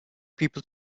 people